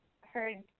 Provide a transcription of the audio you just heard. heard